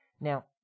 Now